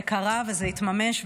זה קרה וזה התממש,